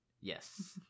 Yes